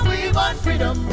avon freedom.